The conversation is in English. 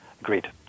Agreed